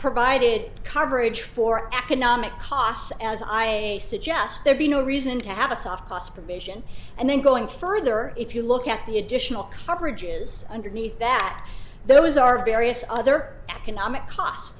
provided coverage for economic costs as i suggest there be no reason to have a soft prosperous nation and then going further if you look at the additional coverage is underneath that those are various other economic costs